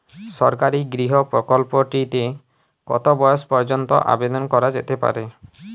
সরকারি গৃহ প্রকল্পটি তে কত বয়স পর্যন্ত আবেদন করা যেতে পারে?